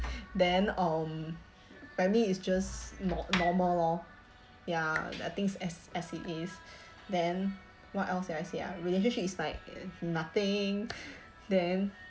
then um family is just nor~ normal lor ya I think as as it is then what else did I say ah relationship is like nothing then